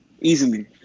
easily